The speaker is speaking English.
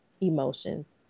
emotions